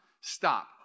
Stop